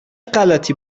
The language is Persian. غلتی